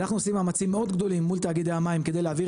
ואנחנו עושים מאמצים מאוד גדולים מול תאגידי המים כדי להעביר